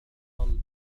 بالدخول